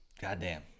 goddamn